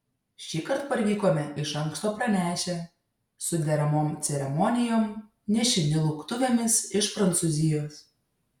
šįkart parvykome iš anksto pranešę su deramom ceremonijom nešini lauktuvėmis iš prancūzijos